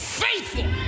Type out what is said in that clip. faithful